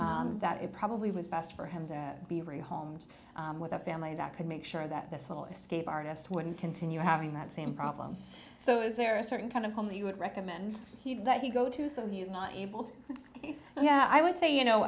that it probably was best for him to be re homes with a family that could make sure that this little escape artist wouldn't continue having that same problem so is there a certain kind of home that you would recommend that you go to so you're not able to yeah i would say you know